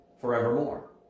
forevermore